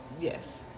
Yes